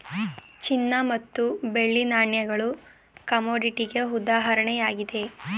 ಚಿನ್ನ ಮತ್ತು ಬೆಳ್ಳಿ ನಾಣ್ಯಗಳು ಕಮೋಡಿಟಿಗೆ ಉದಾಹರಣೆಯಾಗಿದೆ